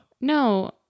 No